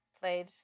played